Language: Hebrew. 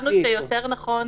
אנחנו חשבנו שיותר נכון השגה.